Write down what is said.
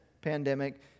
pandemic